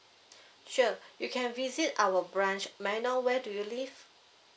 sure you can visit our branch may I know where do you live